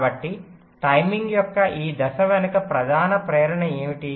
కాబట్టి టైమింగ్ యొక్క ఈ దశ వెనుక ప్రధాన ప్రేరణ ఏమిటి